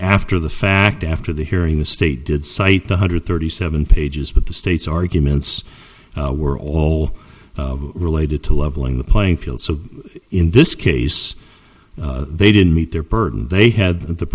after the fact after the hearing the state did cite the hundred thirty seven pages but the state's arguments were all related to leveling the playing field so in this case they didn't meet their burden they had the